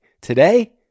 Today